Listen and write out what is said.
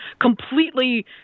completely